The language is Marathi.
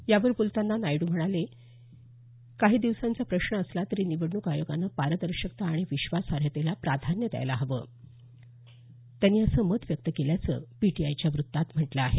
यावर बोलताना नायडू यांनी काही दिवसांचा प्रश्न असला तरी निवडणूक आयोगानं पारदर्शकता आणि विश्वासार्हतेला प्राधान्य द्यायला हवं असं मत व्यक्त केल्याचं पीटीआयच्या वृत्तात म्हटलं आहे